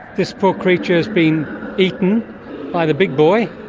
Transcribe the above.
this poor creature is being eaten by the big boy,